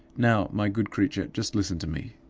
now, my good creature, just listen to me.